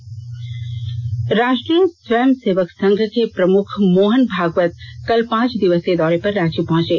मोहन भागवत राष्ट्रीय स्वयं सेवक संघ के प्रमुख मोहन भागवत कल पांच दिवसीय दौरे पर रांची पहंचे